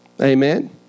Amen